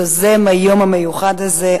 יוזם היום המיוחד הזה,